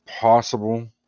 possible